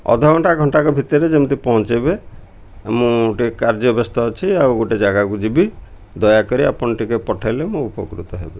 ଅଧଘଣ୍ଟା ଘଣ୍ଟାକ ଭିତରେ ଯେମିତି ପହଞ୍ଚାଇବେ ମୁଁ ଟିକେ କାର୍ଯ୍ୟ ବ୍ୟସ୍ତ ଅଛି ଆଉ ଗୋଟେ ଜାଗାକୁ ଯିବି ଦୟାକରି ଆପଣ ଟିକେ ପଠାଇଲେ ମୁଁ ଉପକୃତ ହେବେ